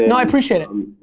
and i appreciate it.